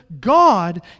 God